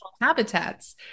habitats